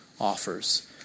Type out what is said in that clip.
offers